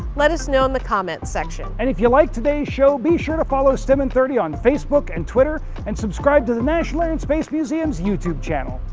let us know in the comments section. and if you liked today's show, be sure to follow stem in thirty on facebook and twitter and subscribe to the national air and space museum's youtube channel.